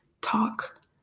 talk